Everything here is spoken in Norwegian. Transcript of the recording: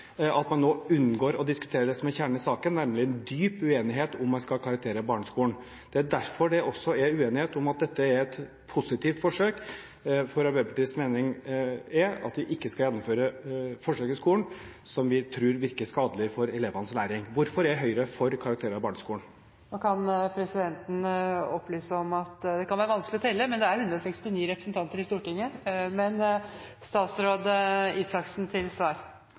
at man nå unngår å diskutere det som er kjernen i saken, nemlig en dyp uenighet om karakterer i barneskolen? Det er derfor det også er uenighet om hvorvidt dette er et positivt forsøk, for Arbeiderpartiets mening er at vi ikke skal gjennomføre forsøk i skolen som vi tror virker skadelig for elevenes læring. Hvorfor er Høyre for karakterer i barneskolen? Presidenten kan opplyse om at det kan være vanskelig å telle, men det er 169 representanter i Stortinget.